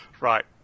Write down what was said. Right